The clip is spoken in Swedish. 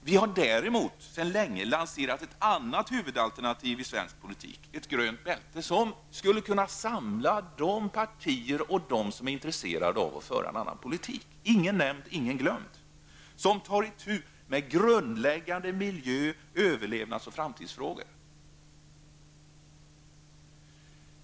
Vi har däremot sedan länge lanserat ett huvudalternativ i svensk politik, ett grönt bälte som skulle kunna samla de partier och dem som är intresserade av att föra en annan politik -- ingen nämnd och ingen glömd -- och som tar itu med grundläggande miljö-, överlevnads-- och framtidsfrågor.